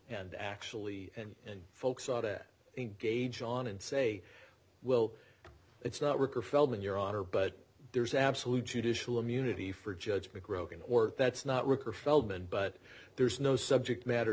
and actually and and folks ought at engage on and say well it's not work or feldman your honor but there's absolute judicial immunity for judgement roque and or that's not ricker feldman but there's no subject matter